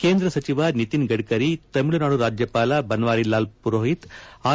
ಕೇಂದ್ರ ಸಚಿವ ನಿತಿನ್ ಗಢರಿ ತಮಿಳುನಾಡು ರಾಜ್ಯಪಾಲ ಬನ್ನಾರಿ ಲಾಲ್ ಮರೋಹಿತ್ ಆರ್